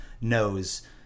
knows